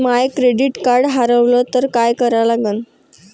माय credit card हारवलं तर काय करा लागन?